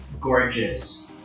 gorgeous